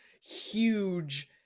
huge